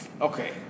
Okay